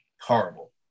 Horrible